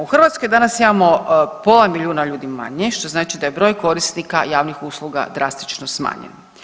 U Hrvatskoj danas imamo pola milijuna ljudi manje, što znači da je broj korisnika javnih usluga drastično smanjen.